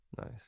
nice